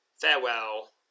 farewell